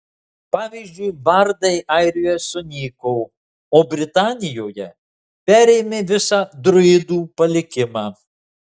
pavyzdžiui bardai airijoje sunyko o britanijoje perėmė visą druidų palikimą